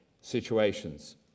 situations